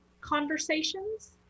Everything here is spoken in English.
conversations